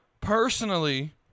personally